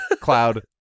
cloud